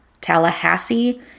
Tallahassee